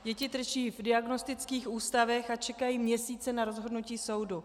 Děti trčí v diagnostických ústavech a čekají měsíce na rozhodnutí soudu.